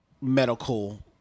medical